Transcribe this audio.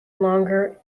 longer